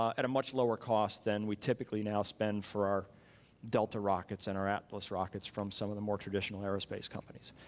at a much lower cost than we typically now spend for our delta rockets and our atlas rockets from some of the more traditional aerospace companies.